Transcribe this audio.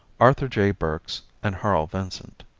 arthur j. burks and harl vincent.